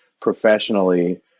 professionally